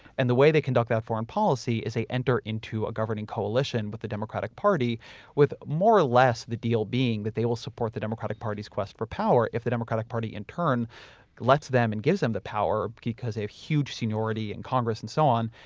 and the way they conduct that foreign policy is they enter into a governing coalition with the democratic party with more or less the deal being that they will support the democratic party's quest for power if the democratic party in turn lets them and gives them the power because a huge seniority in congress and so on.